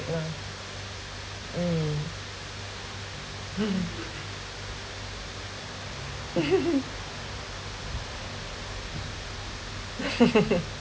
yeah mm